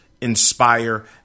Inspire